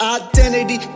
identity